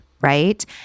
right